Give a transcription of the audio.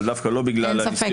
אבל דווקא לא בגלל --- אין ספק,